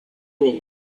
road